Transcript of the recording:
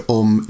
om